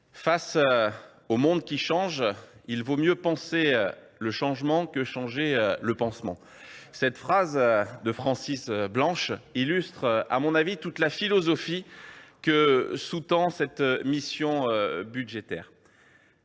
« face au monde qui change, il vaut mieux penser le changement que changer le pansement ». Très bien ! Cette phrase de Francis Blanche illustre, à mon avis, toute la philosophie que sous tend cette mission budgétaire